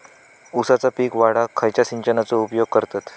ऊसाचा पीक वाढाक खयच्या सिंचनाचो उपयोग करतत?